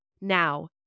Now